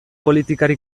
politikari